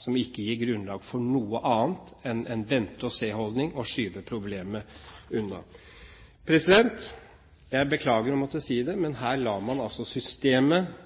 som ikke gir grunnlag for noe annet enn en vente-og-se-holdning, og å skyve problemet unna. Jeg beklager å måtte si det, men her lar man systemet